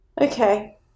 Okay